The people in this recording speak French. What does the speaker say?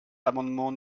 l’amendement